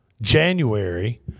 January